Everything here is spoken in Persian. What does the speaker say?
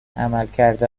عملکرد